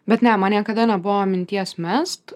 bet ne man niekada nebuvo minties mest